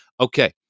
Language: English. Okay